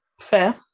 Fair